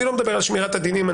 אני לא מדבר על שמירת הדינים.